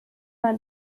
man